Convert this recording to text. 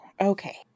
Okay